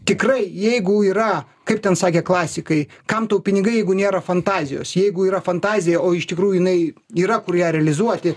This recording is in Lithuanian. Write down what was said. tikrai jeigu yra kaip ten sakė klasikai kam tau pinigai jeigu nėra fantazijos jeigu yra fantazija o iš tikrųjų jinai yra kur ją realizuoti